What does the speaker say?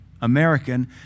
American